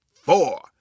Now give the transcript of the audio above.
four